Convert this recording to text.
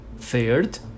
Third